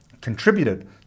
contributed